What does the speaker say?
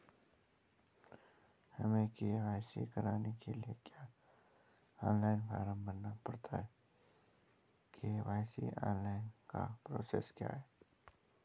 हमें के.वाई.सी कराने के लिए क्या ऑनलाइन फॉर्म भरना पड़ता है के.वाई.सी ऑनलाइन का प्रोसेस क्या है?